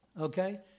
okay